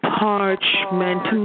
parchment